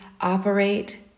operate